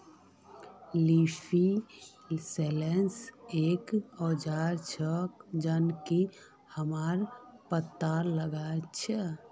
leaf sensor एक औजार छेक जननकी हमरा पत्ततात लगा छी